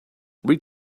read